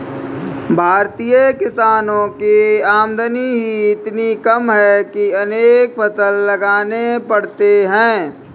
भारतीय किसानों की आमदनी ही इतनी कम है कि अनेक फसल लगाने पड़ते हैं